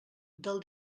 del